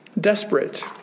desperate